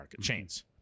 chains